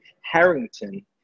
Harrington